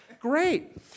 Great